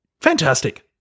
Fantastic